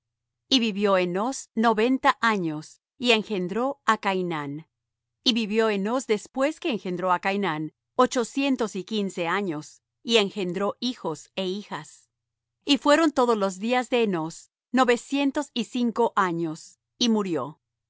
y vivió enós noventa años y engendró á cainán y vivió enós después que engendró á cainán ochocientos y quince años y engendró hijos é hijas y fueron todos los días de enós novecientos y cinco años y murió